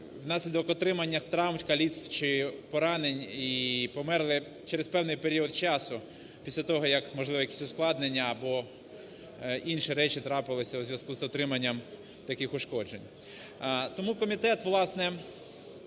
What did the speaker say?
внаслідок отриманням травм, каліцтв чи поранень і померли через певний період часу після того, як можливі якісь ускладнення або інші речі трапилися у зв'язку з отриманням таких ушкоджень. Тому комітет, власне,